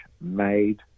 made